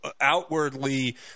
outwardly